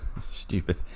Stupid